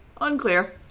Unclear